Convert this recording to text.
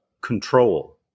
control